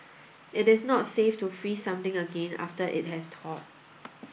it is not safe to freeze something again after it has thawed